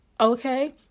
Okay